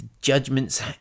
judgments